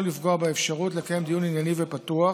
לפגוע באפשרות לקיים דיון ענייני ופתוח